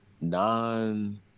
non